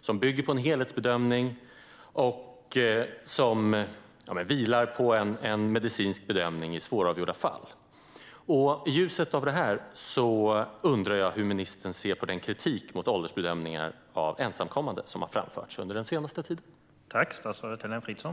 som bygger på en helhetsbedömning och som i svåravgjorda fall vilar på en medicinsk bedömning. I ljuset av detta undrar jag hur ministern ser på den kritik mot åldersbedömningar av ensamkommande som har framförts under den senaste tiden.